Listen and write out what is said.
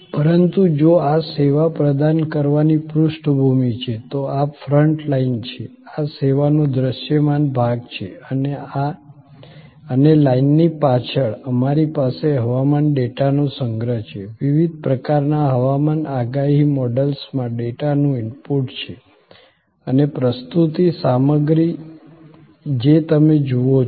પરંતુ જો આ સેવા પ્રદાન કરવાની પૃષ્ઠભૂમિ છે તો આ ફ્રન્ટ લાઇન છે આ સેવાનો દૃશ્યમાન ભાગ છે અને લાઇનની પાછળ અમારી પાસે હવામાન ડેટાનો સંગ્રહ છે વિવિધ પ્રકારના હવામાન આગાહી મોડલ્સમાં ડેટાનું ઇનપુટ છે અને પ્રસ્તુતિ સામગ્રી જે તમે જુઓ છો